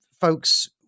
folks